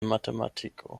matematiko